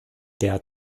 der